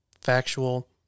factual